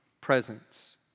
presence